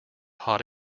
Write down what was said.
hot